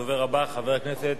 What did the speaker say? הדובר הבא, חבר הכנסת